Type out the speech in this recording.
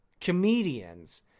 comedians